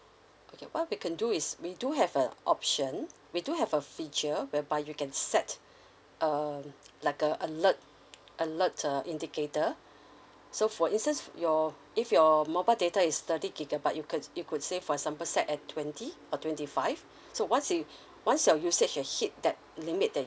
okay what we can do is we do have an option we do have a feature whereby you can set um like a alert alert err indicator so for instance your if your mobile data is thirty gigabyte you could you could say for example set at twenty or twenty five so once you once your usage will hit that limit that